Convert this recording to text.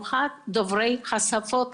כי קיבלתי פנייה, בת תשעים